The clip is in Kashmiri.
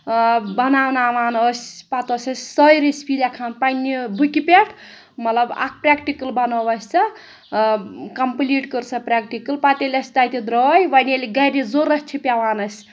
بَناوناوان ٲسۍ پَتہٕ ٲسۍ أسۍ سۄے رِسِپی لیٚکھان پَنٛنہِ بُکہِ پٮ۪ٹھ مطلب اکھ پرٮ۪کٹِکَل بَنٲو اَسہِ سہٕ کَمپٕلیٖٹ کٔر سہٕ پرٮ۪کٹِکَل پَتہٕ ییٚلہِ اَسہِ تَتہِ درٛاے وَنہِ ییٚلہِ گَرِ ضوٚرَتھ چھِ پٮ۪وان اَسہِ